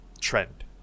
trend